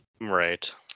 Right